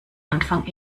anfang